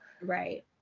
Right